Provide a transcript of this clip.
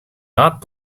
not